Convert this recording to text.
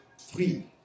three